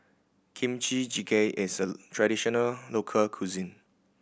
Kimchi Jjigae is a traditional local cuisine